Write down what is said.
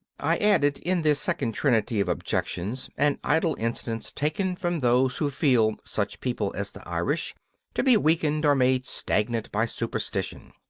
i added in this second trinity of objections an idle instance taken from those who feel such people as the irish to be weakened or made stagnant by superstition.